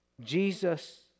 Jesus